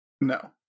no